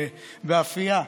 באפייה,